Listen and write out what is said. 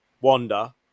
Wanda